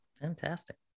Fantastic